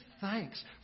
thanks